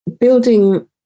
building